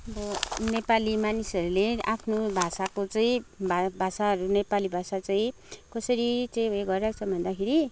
अब नेपाली मानिसहरूले आफ्नो भाषाको चाहिँ भा भाषाहरू नेपाली भाषा चाहिँ कसरी चाहिँ उयो गरिरहेको छ भन्दाखेरि